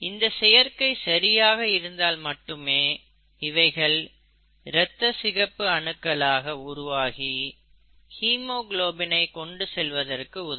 இந்த சேர்க்கை சரியாக இருந்தால் மட்டுமே இவைகள் இரத்த சிகப்பு அணுக்கள் ஆக உருவாகி ஹீமோகுளோபினை கொண்டு செல்வதற்கு உதவும்